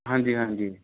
ਹਾਂਜੀ ਹਾਂਜੀ